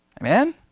Amen